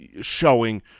showing